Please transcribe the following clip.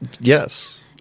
Yes